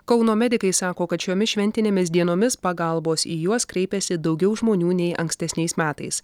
kauno medikai sako kad šiomis šventinėmis dienomis pagalbos į juos kreipėsi daugiau žmonių nei ankstesniais metais